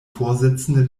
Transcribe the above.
vorsitzende